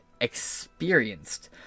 experienced